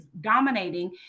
dominating